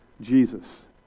Jesus